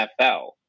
NFL